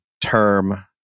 term